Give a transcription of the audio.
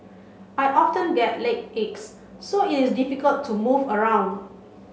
I often get leg aches so is difficult to move around